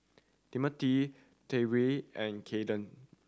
Timothy Tyrek and Keandre